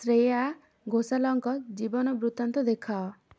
ଶ୍ରେୟା ଘୋଷାଲଙ୍କ ଜୀବନ ବୃତ୍ତାନ୍ତ ଦେଖାଅ